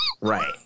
Right